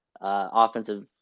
offensive